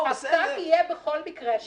הפקק יהיה בכל מקרה.